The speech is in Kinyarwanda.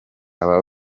aba